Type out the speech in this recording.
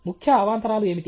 ముఖ్య అవాంతరాలు ఏమిటి